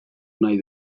nahi